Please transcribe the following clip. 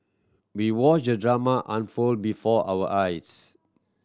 we watched drama unfold before our eyes